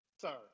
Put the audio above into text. sir